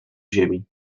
ziemi